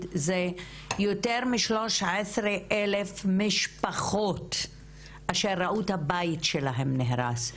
שיותר מ-13 אלף משפחות אשר ראו את הבית שלהם נהרס,